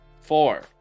Four